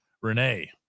Renee